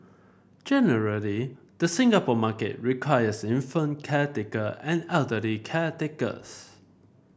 generally the Singapore market requires infant caretaker and elderly caretakers